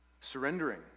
surrendering